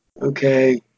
Okay